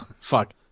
fuck